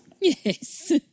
Yes